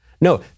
No